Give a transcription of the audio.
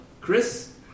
Chris